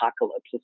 apocalypse